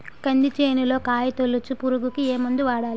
కంది చేనులో కాయతోలుచు పురుగుకి ఏ మందు వాడాలి?